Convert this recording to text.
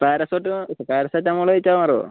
പാരസെറ്റ് ഇപ്പോൾ പരസെറ്റമോള് കഴിച്ചാൽ മാറുമോ